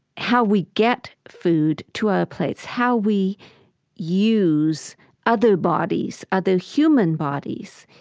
how we get food to our plates, how we use other bodies, other human bodies,